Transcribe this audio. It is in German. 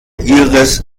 iris